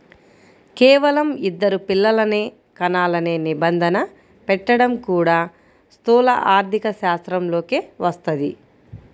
కేవలం ఇద్దరు పిల్లలనే కనాలనే నిబంధన పెట్టడం కూడా స్థూల ఆర్థికశాస్త్రంలోకే వస్తది